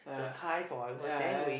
ah yeah yeah